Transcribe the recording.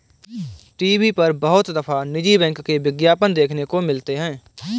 TV पर बहुत दफा निजी बैंक के विज्ञापन देखने को मिलते हैं